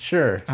Sure